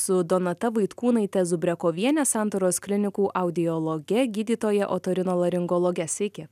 su donata vaitkūnaite zubrekoviene santaros klinikų audiologe gydytoja otorinolaringologe sveiki